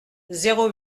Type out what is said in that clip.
zéro